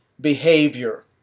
behavior